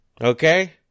okay